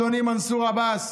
אדוני מנסור עבאס.